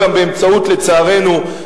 לצערנו,